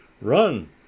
run